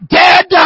dead